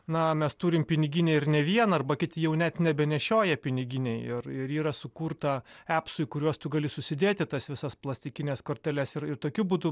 na mes turim piniginėj ir ne vieną arba kiti jau net nebenešioja piniginėj ir ir yra sukurta apsų į kuriuos tu gali susidėti tas visas plastikines korteles ir ir tokiu būdu